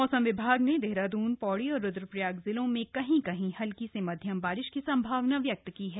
मौसम विभाग ने देहरादून पौड़ी और रुद्रप्रयाग जिलों में कहीं कहीं हल्की से मध्यम बारिश की संभावना व्यक्त की है